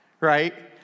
right